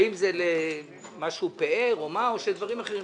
האם זה למשהו פאר או מה או לדברים אחרים?